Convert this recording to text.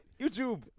YouTube